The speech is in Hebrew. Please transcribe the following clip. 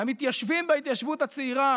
והמתיישבים בהתיישבות הצעירה